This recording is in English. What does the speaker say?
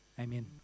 Amen